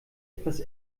etwas